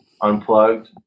unplugged